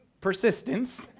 persistence